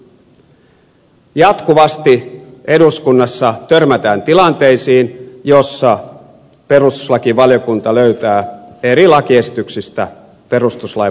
jatkuvasti eduskunnassa törmätään tilanteisiin joissa perustuslakivaliokunta löytää eri lakiesityksistä perustuslain vastaisuuksia